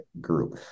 group